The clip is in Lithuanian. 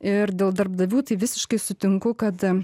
ir dėl darbdavių tai visiškai sutinku kad